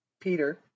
Peter